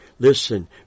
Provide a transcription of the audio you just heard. Listen